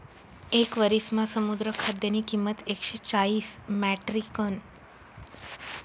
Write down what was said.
येक वरिसमा समुद्र खाद्यनी किंमत एकशे चाईस म्याट्रिकटन रहास